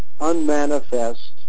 unmanifest